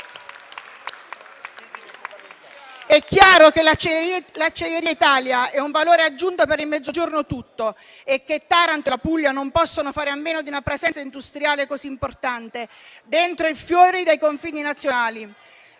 È chiaro che Acciaierie d'Italia è un valore aggiunto per il Mezzogiorno tutto, e che Taranto e la Puglia non possono fare a meno di una presenza industriale così importante. Dentro e fuori dai confini nazionali